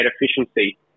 efficiency